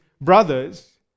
brothers